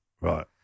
Right